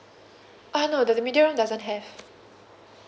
uh no the medium room doesn't have